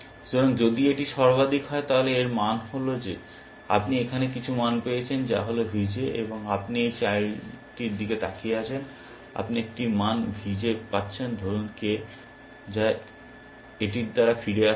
সুতরাং যদি এটি সর্বাধিক হয় তাহলে এর মানে হল যে আপনি এখানে কিছু মান পেয়েছেন যা হল V J এবং আপনি এই চাইল্ডটির দিকে তাকিয়ে আছেন এবং আপনি একটি মান V J পাচ্ছেন ধরুন k যা এটির দ্বারা ফিরে আসে